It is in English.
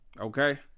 Okay